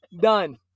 Done